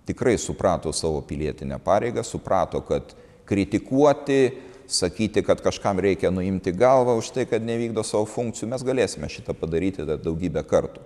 tikrai suprato savo pilietinę pareigą suprato kad kritikuoti sakyti kad kažkam reikia nuimti galvą už tai kad nevykdo savo funkcijų mes galėsime šitą padaryti dar daugybę kartų